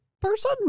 person